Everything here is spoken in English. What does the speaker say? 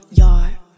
yard